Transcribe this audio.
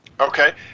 Okay